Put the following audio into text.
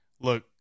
Look